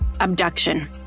abduction